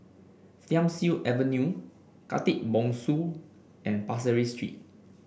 Thiam Siew Avenue Khatib Bongsu and Pasir Ris Street